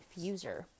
diffuser